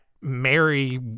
Mary